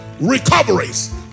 recoveries